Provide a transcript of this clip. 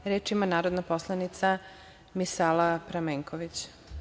Reč ima narodna poslanica Misala Pramenković.